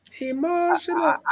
Emotional